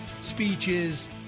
speeches